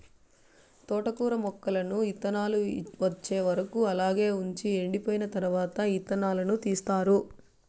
తోటకూర మొక్కలను ఇత్తానాలు వచ్చే వరకు అలాగే వుంచి ఎండిపోయిన తరవాత ఇత్తనాలను తీస్తారు